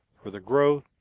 for the growth,